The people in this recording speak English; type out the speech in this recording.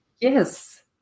Yes